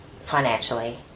financially